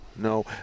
No